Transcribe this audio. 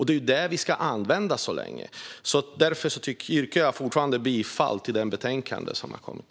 Det är det vi ska använda så länge. Därför yrkar jag fortfarande bifall till förslaget i betänkandet.